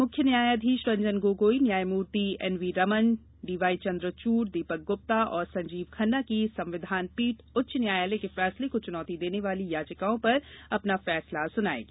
मुख्य न्यायाधीश रंजन गोगोई न्यायमूर्ति N V Raman D Y Chandrachud Deepak Gupta और संजीव खन्ना की संविधान पीठ उच्च न्यायालय के फैसले को चुनौती देने वाली याचिकाओं पर अपना फैसला सुनायेगी